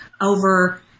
over